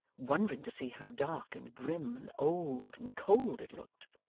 wondering to see how dark, and grim, and old, and cold, it looked.